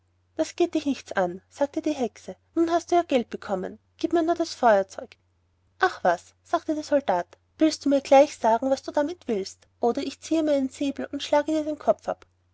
das geht dich nichts an sagte die hexe nun hast du ja geld bekommen gieb mir nur das feuerzeug ach was sagte der soldat willst du mir gleich sagen was du damit willst oder ich ziehe meinen säbel und schlage dir den kopf ab